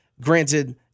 granted